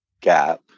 gap